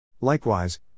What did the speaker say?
Likewise